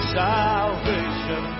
salvation